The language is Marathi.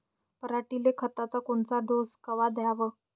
पऱ्हाटीले खताचा कोनचा डोस कवा द्याव?